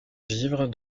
vivre